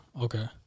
okay